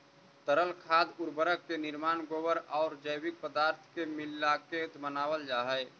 तरल खाद उर्वरक के निर्माण गोबर औउर जैविक पदार्थ के मिलाके बनावल जा हई